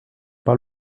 pas